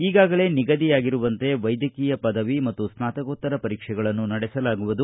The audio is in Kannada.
ಈಗಾಗಲೇ ನಿಗದಿಯಾಗಿರುವಂತೆ ವೈದ್ಯಕೀಯ ಪದವಿ ಮತ್ತು ಸ್ನಾತಕೋತ್ತರ ಪರೀಕ್ಷೆಗಳನ್ನು ನಡೆಸಲಾಗುವುದು